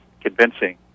convincing